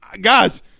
guys